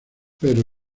pero